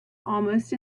almost